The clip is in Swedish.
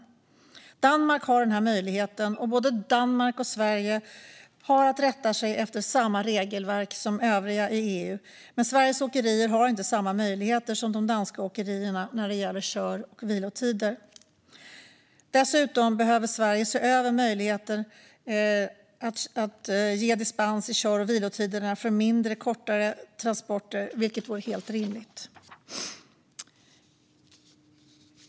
I Danmark har man denna möjlighet, och både Danmark och Sverige har att rätta sig efter samma regelverk som övriga i EU. Men Sveriges åkerier har inte samma möjligheter som de danska åkerierna när det gäller kör och vilotider. Dessutom behöver Sverige se över möjligheten att ge dispens för kör och vilotiderna för mindre och korta transporter, vilket vore helt rimligt.